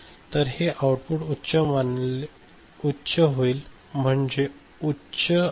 तर हे आउटपुट उच्च होईल म्हणजे हे उच्च आहे